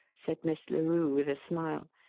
said miss larue with a smile.